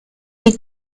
die